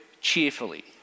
cheerfully